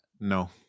No